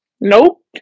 Nope